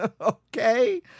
Okay